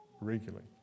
regularly